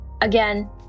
Again